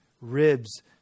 ribs